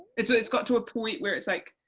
it's ah it's got to a point where it's like,